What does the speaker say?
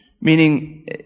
Meaning